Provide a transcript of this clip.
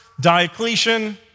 Diocletian